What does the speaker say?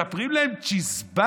מספרים להם צ'יזבט